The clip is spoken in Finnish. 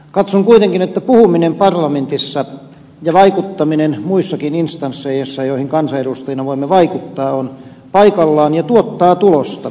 katson kuitenkin että puhuminen parlamentissa ja vaikuttaminen muissakin instansseissa joihin kansanedustajina voimme vaikuttaa on paikallaan ja tuottaa tulosta